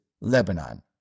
Lebanon